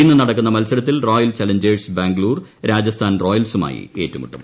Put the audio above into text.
ഇന്ന് നടക്കുന്ന മൽസരത്തിൽ റ്റോിയൽ ചലഞ്ചേഴ്സ് ബാംഗ്ലൂർ രാജസ്ഥാൻ റോയൽസുമായി ഏറ്റുമുട്ടും